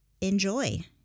enjoy